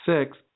six